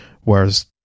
Whereas